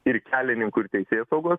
ir kelininkų ir teisėsaugos